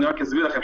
אני רק אסביר לכם.